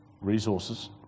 resources